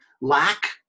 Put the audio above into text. lack